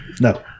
No